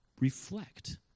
reflect